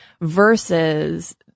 versus